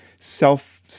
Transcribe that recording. self